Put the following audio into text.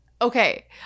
Okay